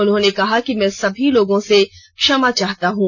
उन्होंने कहा कि मैं सभी लोगों से क्षमा मांगता हूं